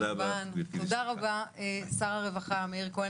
תודה רבה לשר הרווחה, מאיר כהן.